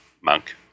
monk